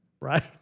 right